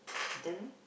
tell me